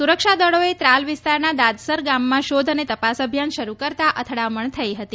સુરક્ષા દળોએ ત્રાલ વિસ્તારના દાદસર ગામમાં શોધ અને તપાસ અભિયાન શરૂ કરતાં અથડામણ થઈ હતી